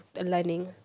learning